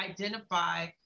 identify